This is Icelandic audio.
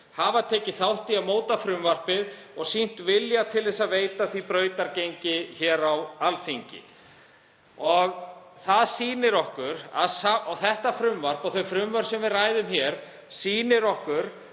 hafa tekið þátt í að móta frumvarpið og sýnt vilja til að veita því brautargengi hér á Alþingi. Þetta frumvarp, og þau frumvörp sem við ræðum hér, sýnir okkur